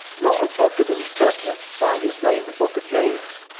wrote a book in the new testament by his name the book of james.